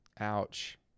Ouch